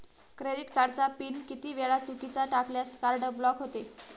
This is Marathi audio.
क्रेडिट कार्डचा पिन किती वेळा चुकीचा टाकल्यास कार्ड ब्लॉक होते?